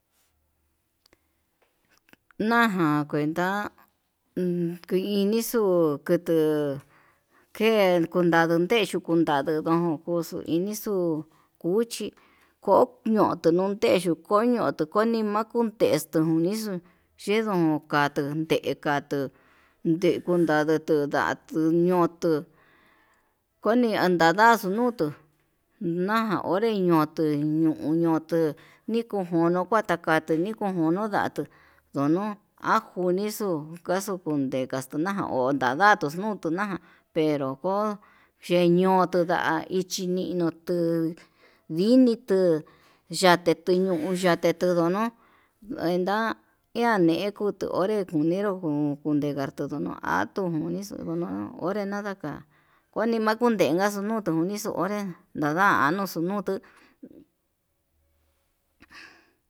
Naján kuenta kuu inixu, kutu ken kundadu ke yukundadu ndendoón koxo inixu, cuchi ñoo kononteyu koño ko ni mankuu té textonixo xhindo katuu te'é katuu, nde kundadutu ndatu ñotuu koni andadaxo ñuutu ñaján onre ñutu ñuu nikojuno kuata ka'a ti nikojón nondatu ndono ajo nii xuu naxu kondegana unadatuu nutu na'a pero cheñoo tu nda'a ichi nii nutuu, ninitu yate tuu ñuu yate tondono'o, enda iha ne'e kutu onré jun ngueraturu hatu unixo ono onré nadaka konen mankunengaxun otunixo onré nada'a nuxuu nutu.